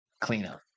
Cleanup